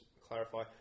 clarify